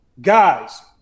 Guys